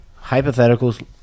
hypotheticals